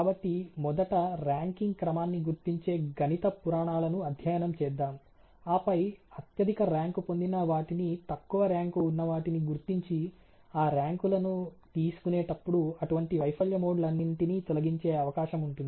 కాబట్టి మొదట ర్యాంకింగ్ క్రమాన్ని గుర్తించే గణిత పురాణాలను అధ్యయనం చేద్దాం ఆపై అత్యధిక ర్యాంకు పొందిన వాటిని తక్కువ ర్యాంకు ఉన్నవాటిని గుర్తించి ఆ ర్యాంకులను తీసుకునేటప్పుడు అటువంటి వైఫల్య మోడ్లన్నింటినీ తొలగించే అవకాశం ఉంటుంది